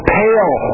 pale